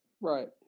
Right